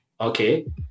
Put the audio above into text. Okay